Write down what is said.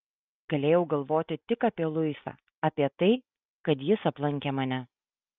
galėjau galvoti tik apie luisą apie tai kad jis aplankė mane